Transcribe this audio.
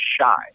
shy